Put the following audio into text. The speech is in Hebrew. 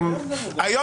היום